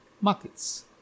markets